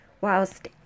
whilst